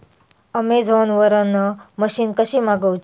Amazon वरन machine कशी मागवची?